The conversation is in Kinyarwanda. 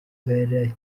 umubare